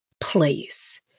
place